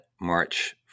March